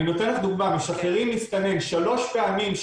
אני נותן לך דוגמא משחררים מסתנן שלוש פעמים,